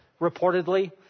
reportedly